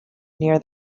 near